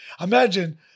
Imagine